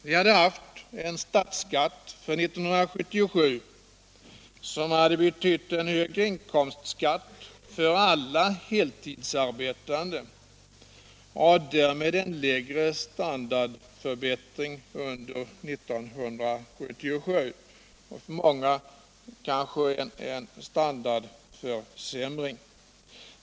Vi hade haft en statsskatt för 1977 som hade betytt en högre inkomstskatt för alla heltidsarbetande och därmed en lägre standardförbättring under 1977 —- för många kanske en standardförsämring.